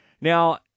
Now